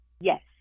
Yes